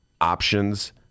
Options